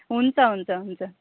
हुन्छ हुन्छ हुन्छ